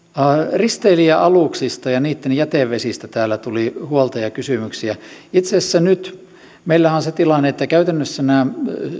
risteilijäaluksista ja niitten jätevesistä täällä tuli huolta ja kysymyksiä itse asiassa nyt meillä on se tilanne että käytännössä nämä